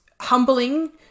humbling